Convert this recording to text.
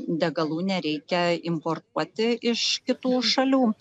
degalų nereikia importuoti iš kitų šalių